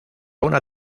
una